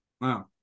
Wow